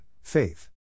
Faith